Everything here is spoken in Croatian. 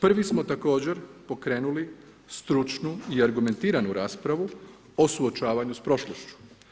Prvi smo također pokrenuli stručnu i argumentiranu raspravu o suočavanju s prošlošću.